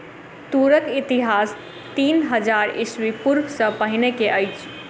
तूरक इतिहास तीन हजार ईस्वी पूर्व सॅ पहिने के अछि